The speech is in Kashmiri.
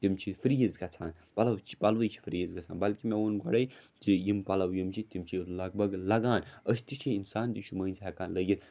تِم چھِ فرٛیٖز گَژھان پَلَو چھِ پَلوٕے چھِ فرٛیٖز گژھان بٔلکہِ مےٚ ووٚن گۄڈَے ژٕ یِم پَلَو یِم چھِ تِم چھِ لگ بک لَگان أسۍ تہِ چھِ اِنسان یہِ چھُ مٔنٛزۍ ہٮ۪کان لٔگِتھ